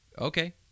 Okay